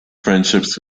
friendships